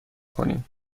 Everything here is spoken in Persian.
کنیم